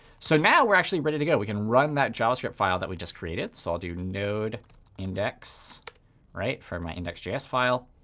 so now we're actually ready to go. we can run that javascript file that we just created. so i'll do node index for my index js file.